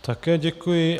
Také děkuji.